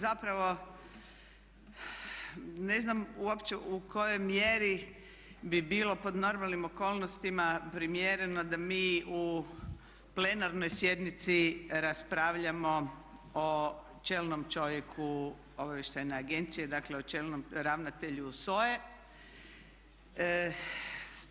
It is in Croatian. Zapravo ne znam uopće u kojoj mjeri bi bilo pod normalnim okolnostima primjereno da mi u plenarnoj sjednici raspravljamo o čelnom čovjeku obavještajne agencije, dakle o ravnatelju SOA-e.